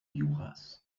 juras